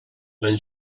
when